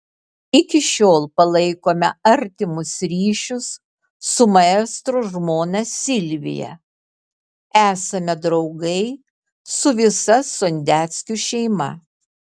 iki šiol palaikome artimus ryšius su maestro žmona silvija esame draugai su visa sondeckių šeima